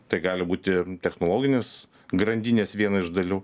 tai gali būti technologinės grandinės viena iš dalių